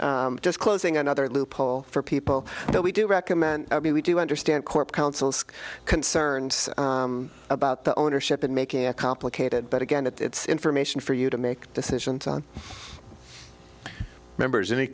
disclosing another loophole for people that we do recommend we do understand court counsels concerned about the ownership of making a complicated but again it's information for you to make decisions on members any